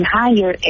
higher